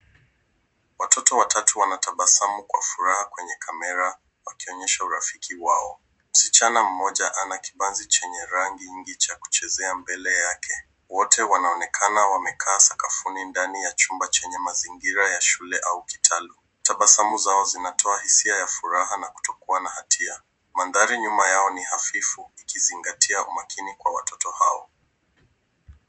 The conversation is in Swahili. Watoto watatu wanatabasamu kwa furaha kwenye kamera wakionyesha urafiki wao. Msichana mmoja ana kibanzi chenye rangi nyingi cha kuchezea mbele yake. Wote wanaonekana wamekaa sakafuni ndani ya chumba chenye mazingira ya shule au kitalu. Tabasamu zao zinatoa hisia ya furaha na kutokuwa na hatia. Mandhari nyuma yao ni hafifu nikizingatia umakini kwa watoto hao.